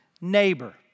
Neighbor